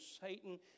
Satan